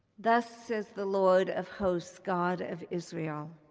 thus says the lord of hosts, god of israel,